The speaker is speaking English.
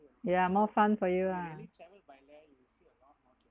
yeah more fun for you lah